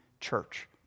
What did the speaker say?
church